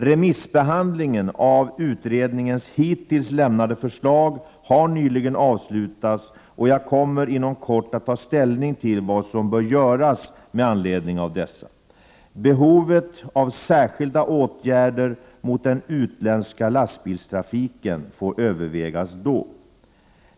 Remissbehandlingen av utredningens hittills lämnade förslag har nyligen avslutats och jag kommer inom kort att ta ställning till vad som bör göras med anledning av dessa. Behovet av särskilda åtgärder mot den utländska lastbilstrafiken får övervägas då.